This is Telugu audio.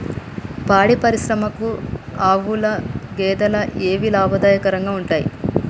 పాడి పరిశ్రమకు ఆవుల, గేదెల ఏవి లాభదాయకంగా ఉంటయ్?